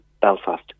Belfast